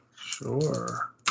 Sure